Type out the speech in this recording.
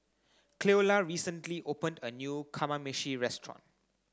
Cleola recently opened a new Kamameshi restaurant